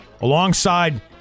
alongside